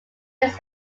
his